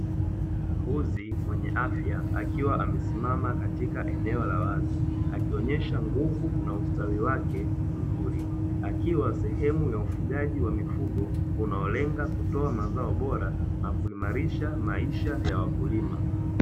Mbuzi mwenye afya akiwa amesimama katika eneo la wazi, akionyesha nguvu na ustawi wake mzuri. Akiwa sehemu ya ufugaji wa mifugo, unaolenga kutoa mazao bora na kuimarisha maisha ya wakulima.